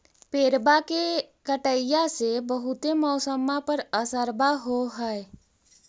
पेड़बा के कटईया से से बहुते मौसमा पर असरबा हो है?